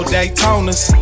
Daytonas